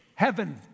Heaven